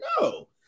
No